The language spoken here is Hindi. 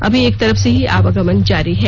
अभी एक तरफ से ही आवगमन जारी है